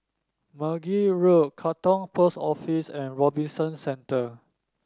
Meragi Road Katong Post Office and Robinson Centre